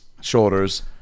shoulders